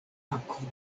akvo